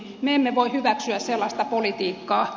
me emme voi hyväksyä sellaista politiikkaa